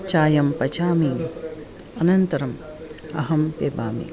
चायं पचामि अनन्तरम् अहं पिबामि